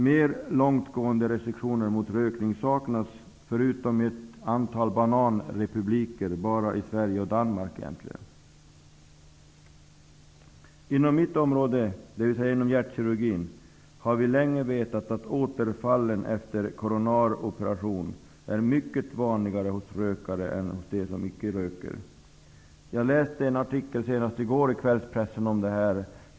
Mera långtgående restriktioner saknas, förutom i ett antal bananrepubliker, egentligen bara i Sverige och Inom mitt område, dvs. inom hjärtkirurgin, har vi länge vetat att återfallen efter en operation är mycket vanligare hos rökare än hos dem som icke röker. Jag läste en artikel i kvällspressen senast i går om detta.